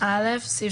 - סעיף